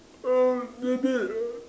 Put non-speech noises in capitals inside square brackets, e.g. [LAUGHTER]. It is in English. ah a little bit [NOISE]